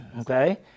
okay